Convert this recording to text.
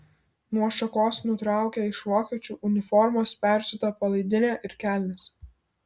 nuo šakos nutraukia iš vokiečių uniformos persiūtą palaidinę ir kelnes